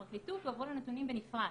מהפרקליטות הועברו הנתונים בנפרד,